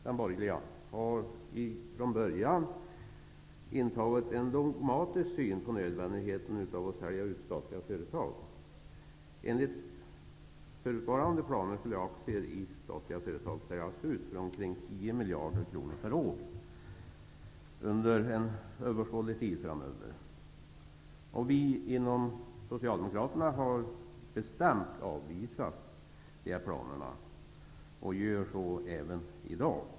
Den borgerliga regeringen har från början intagit en dogmatisk syn på nödvändigheten av att sälja ut statliga företag. Enligt förutvarande planer skulle aktier i statliga företag säljas ut för omkring 10 miljarder kronor per år under en överskådlig tid framöver. Vi socialdemokrater har bestämt avvisat de planerna, och vi gör så även i dag.